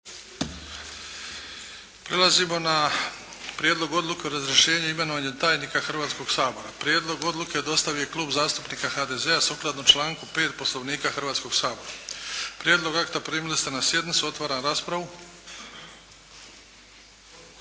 tajnika Hrvatskoga. 5. Imenovanje tajnika Hrvatskoga sabora Prijedlog odluke dostavio je Klub zastupnika HDZ-a sukladno članku 5. Poslovnika Hrvatskoga sabora. Prijedlog akta primili ste na sjednici. Otvaram raspravu.